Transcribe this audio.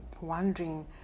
wondering